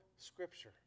Scripture